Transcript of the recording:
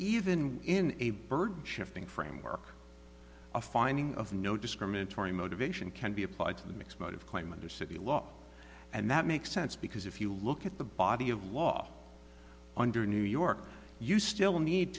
even in a bird shifting framework a finding of no discriminatory motivation can be applied to the mix motive claim under city law and that makes sense because if you look at the body of law under new york you still need